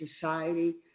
society